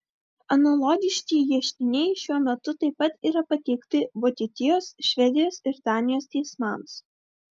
analogiški ieškiniai šiuo metu taip pat yra pateikti vokietijos švedijos ir danijos teismams